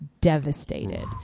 devastated